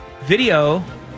Video